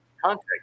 Contact